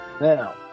Now